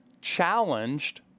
challenged